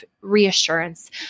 reassurance